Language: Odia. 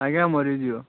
ଆଜ୍ଞା ମରିଯିବ